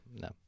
no